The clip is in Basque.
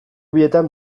bietan